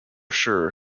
sure